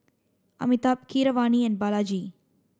Amitabh Keeravani and Balaji